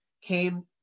came